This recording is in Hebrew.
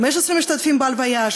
15 משתתפים בהלוויה,